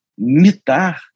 mitar